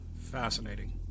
fascinating